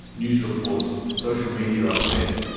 news reports, social media updates,